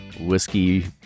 whiskey